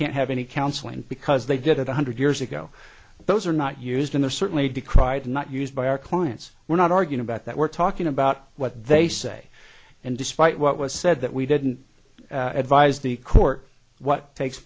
can't have any counseling because they did it one hundred years ago those are not used in the certainly decried not used by our clients we're not arguing about that we're talking about what they say and despite what was said that we didn't advise the court what takes